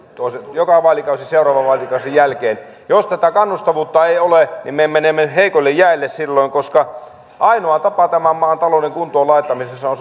joka vaalikausi vaalikauden jälkeen jos tätä kannustavuutta ei ole niin me me menemme heikoille jäille silloin koska ainoa tapa tämän maan talouden kuntoon laittamisessa on että